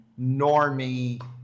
normie